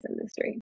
industry